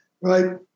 right